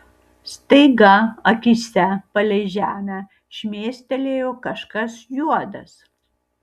staiga akyse palei žemę šmėstelėjo kažkas juodas